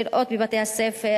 לראות בבתי-הספר,